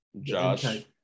Josh